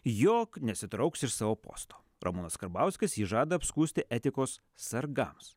jog nesitrauks iš savo posto ramūnas karbauskis jį žada apskųsti etikos sargams